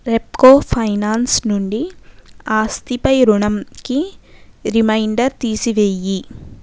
Repco Finance నుండి ఆస్తిపై రుణంకి రిమైండర్ తీసి వేయి